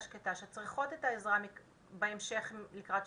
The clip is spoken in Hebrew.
שקטה ושצריכות את העזרה בהמשך ולקראת שחרור,